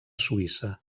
suïssa